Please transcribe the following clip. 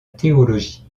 théologie